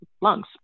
lungs